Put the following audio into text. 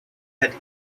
had